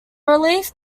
relief